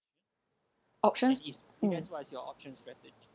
options mm